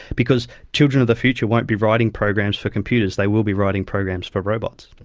because children of the future won't be writing programs for computers, they will be writing programs for robots.